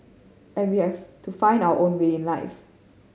and we have to find our own way in life